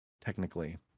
technically